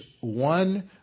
one